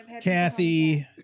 kathy